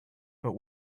but